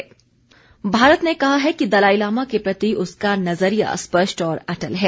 दलाई लामा भारत ने कहा है कि दलाईलामा के प्रति उसका नजरिया स्पष्ट और अटल है